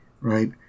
Right